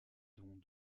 dons